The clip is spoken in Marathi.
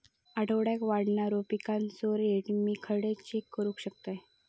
आठवड्याक वाढणारो पिकांचो रेट मी खडे चेक करू शकतय?